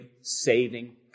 saving